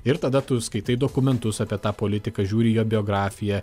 ir tada tu skaitai dokumentus apie tą politiką žiūri jo biografiją